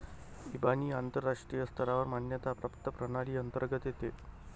इबानी आंतरराष्ट्रीय स्तरावर मान्यता प्राप्त प्रणाली अंतर्गत येते